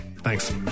thanks